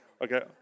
okay